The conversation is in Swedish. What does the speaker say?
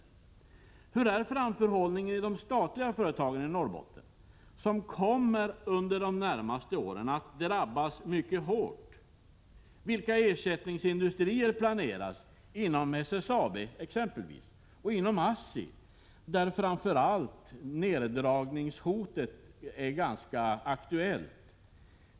Hur är framförhållningen i de statliga företagen i Norrbotten, som under de närmaste åren kommer att drabbas mycket hårt? Vilka ersättningsindustrier planeras inom exempelvis SSAB och ASSI, där framför allt neddragningshotet är ganska aktuellt?